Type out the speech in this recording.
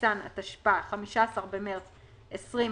בניסן התשפ"א (15 במרס 2021)